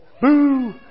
Boo